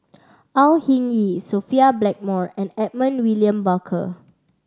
Au Hing Yee Sophia Blackmore and Edmund William Barker